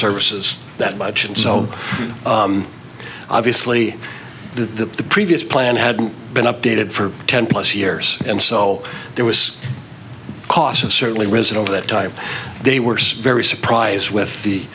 services that much and so obviously the previous plan hadn't been updated for ten plus years and so there was a cost of certainly risen over that time they were very surprised with the